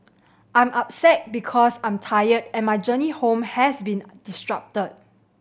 I'm upset because I'm tired and my journey home has been disrupted